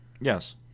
Yes